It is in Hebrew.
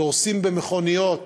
דורסים במכוניות